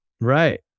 Right